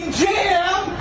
jam